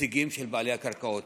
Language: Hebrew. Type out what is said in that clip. נציגים של בעלי הקרקעות.